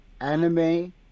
anime